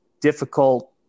difficult